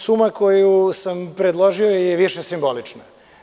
Suma koju sam predložio je više simbolična.